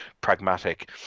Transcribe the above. pragmatic